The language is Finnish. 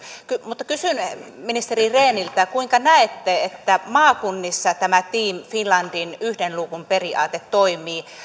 mutta kysyn ministeri rehniltä kuinka näette että maakunnissa tämä team finlandin yhden luukun periaate toimii